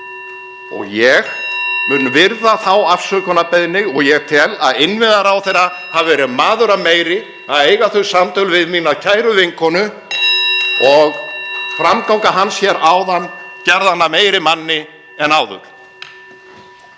Ég mun virða þá afsökunarbeiðni og ég tel að innviðaráðherra hafi verið maður að meiri að eiga þau samtöl við mína kæru vinkonu (Forseti hringir.) og framganga hans hér áðan gerði hann meiri manni en áður.